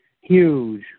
huge